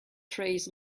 trays